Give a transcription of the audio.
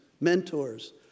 mentors